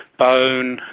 bone,